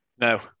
No